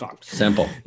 Simple